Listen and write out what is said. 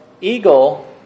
eagle